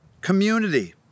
community